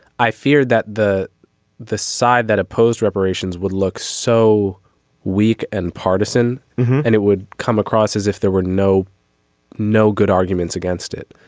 i feared that the the side that opposed reparations would look so weak and partisan and it would come across as if there were no no good arguments against it.